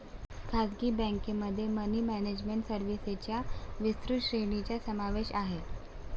खासगी बँकेमध्ये money management सर्व्हिसेसच्या विस्तृत श्रेणीचा समावेश आहे